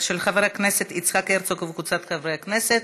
של חבר הכנסת יצחק הרצוג וקבוצת חברי הכנסת.